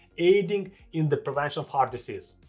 aiding in the prevention of heart disease.